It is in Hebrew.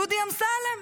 דודי אמסלם.